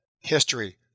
History